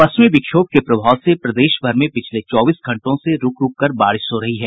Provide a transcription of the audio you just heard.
पश्चिमी विक्षोभ के प्रभाव से प्रदेशभर में पिछले चौबीस घंटों से रूक रूक कर बारिश हो रही है